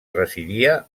residia